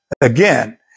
Again